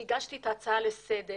עת הגשתי את ההצעה לסדר,